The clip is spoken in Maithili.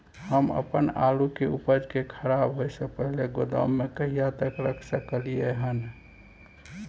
हम अपन आलू के उपज के खराब होय से पहिले गोदाम में कहिया तक रख सकलियै हन?